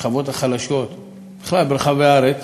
בשכבות החלשות ובכלל ברחבי הארץ,